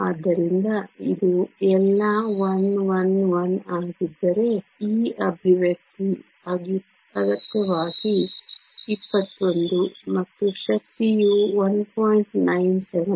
ಆದ್ದರಿಂದ ಇದು ಎಲ್ಲಾ 1 1 1 ಆಗಿದ್ದರೆ ಈ ಅಭಿವ್ಯಕ್ತಿ ಅಗತ್ಯವಾಗಿ 21 ಮತ್ತು ಶಕ್ತಿಯು 1